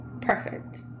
perfect